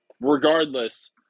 regardless